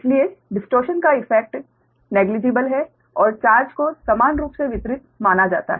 इसलिए डिस्टोर्शन का इफैक्ट नगण्य है और चार्ज को समान रूप से वितरित माना जाता है